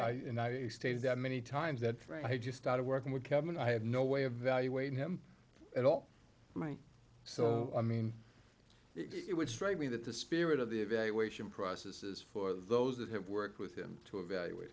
was i stated that many times that i just started working with them and i have no way of valuating him at all my so i mean it would strike me that the spirit of the evaluation process is for those that have worked with him to evaluate